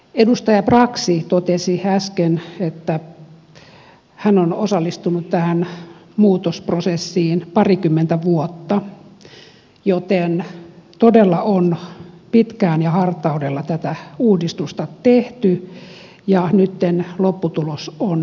edustaja brax totesi äsken että hän on osallistunut tähän muutosprosessiin parikymmentä vuotta joten todella on pitkään ja hartaudella tätä uudistusta tehty ja nyt lopputulos on näin mitätön harmillista